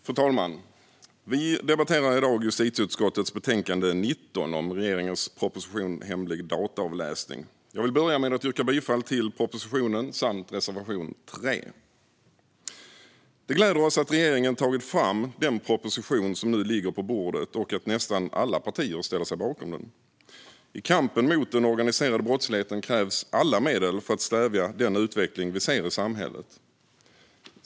Fru talman! Vi debatterar i dag justitieutskottets betänkande 19 om regeringens proposition Hemlig dataavläsning . Jag vill börja med att yrka bifall till propositionen samt reservation 3. Det gläder oss att regeringen har tagit fram den proposition som nu ligger på bordet och att nästan alla partier ställer sig bakom den. I kampen mot den organiserade brottsligheten krävs alla medel för att stävja den utveckling vi ser i samhället.